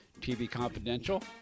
tvconfidential